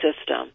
system